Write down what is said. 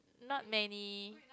not many